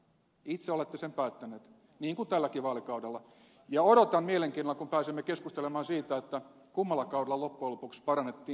itse olette sen päättäneet niin kuin tälläkin vaalikaudella ja odotan mielenkiinnolla kun pääsemme keskustelemaan siitä kummalla kaudella loppujen lopuksi parannettiin sosiaaliturvaa enemmän